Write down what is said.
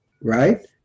right